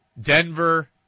Denver